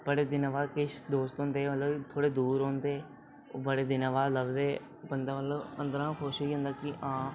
बड़े दिनें बाद किश दोस्त होंदे कि मतलब थोह्ड़े दूर रौंह्दे ओह् बड़े दिनें बाद लभदे बंदा मतलब अंदरूं खुश होई जंदा मतलब कि हां